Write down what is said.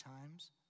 times